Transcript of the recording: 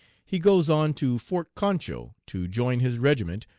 he goes on to fort concho to join his regiment,